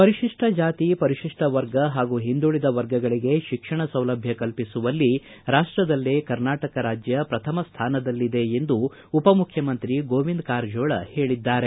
ಪರಿತಿಷ್ಟ ಜಾತಿ ಪರಿಶಿಷ್ಟ ವರ್ಗ ಹಾಗೂ ಹಿಂದುಳಿದ ವರ್ಗಗಳಿಗೆ ಶಿಕ್ಷಣ ಸೌಲಭ್ಯ ಕಲ್ಪಿಸುವಲ್ಲಿ ರಾಷ್ಟದಲ್ಲೇ ಕರ್ನಾಟಕ ರಾಜ್ಯ ಪ್ರಥಮ ಸ್ಥಾನದಲ್ಲಿದೆ ಎಂದು ಉಪಮುಖ್ಯಮಂತ್ರಿ ಗೋವಿಂದ ಕಾರಜೋಳ ಹೇಳಿದ್ದಾರೆ